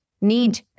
need